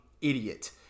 idiot